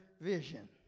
vision